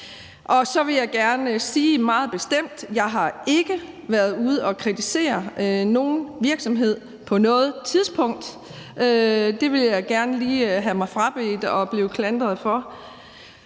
og så vil jeg gerne sige meget bestemt, at jeg ikke har været ude og kritisere nogen virksomhed på noget tidspunkt. Det vil jeg gerne lige have mig frabedt at blive klandret for.